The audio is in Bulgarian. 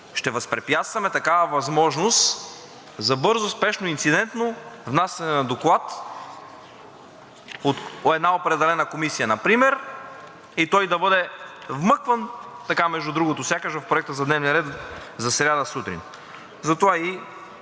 ще възпрепятстваме такава възможност за бързо, спешно, инцидентно внасяне на доклад от една определена комисия например и той да бъде вмъкван така, между другото, сякаш е в Проекта за дневен ред за сряда сутрин. Затова и